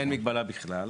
אין מגבלה בכלל.